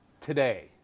today